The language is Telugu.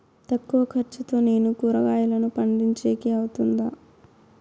తక్కువ ఖర్చుతో నేను కూరగాయలను పండించేకి అవుతుందా?